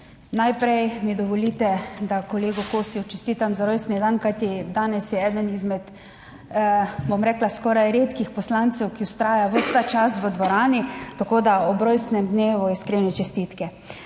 Najprej mi dovolite, da kolegu Kosiju čestitam za rojstni dan, kajti danes je eden izmed, bom rekla skoraj redkih poslancev, ki vztraja ves ta čas v dvorani. Tako da ob rojstnem dnevu iskrene čestitke.